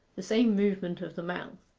the same movement of the mouth,